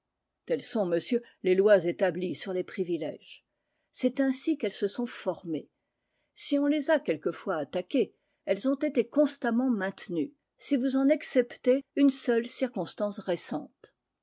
telles sont monsieur les lois établies sur les privilèges c'est ainsi qu'elles se sont formées si on les a quelquefois attaquées elles ont été constamment maintenues si vous en exceptez une seule circonstance récente